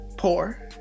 poor